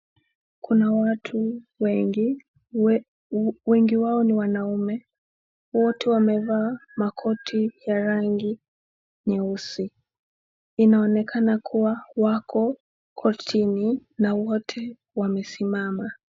Kuna watu wengi. Wengi wao ni wanaume. Wote wamevaa makoti ya rangi nyeusi, inaonekana kuwa wako kotini na wote wamesimama.